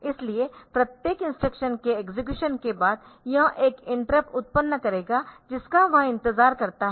इसलिए प्रत्येक इंस्ट्रक्शन के एक्सेक्युशन के बाद यह एक इंटरप्ट उत्पन्न करेगा जिसका वह इंतजार करता है